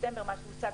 כרגע.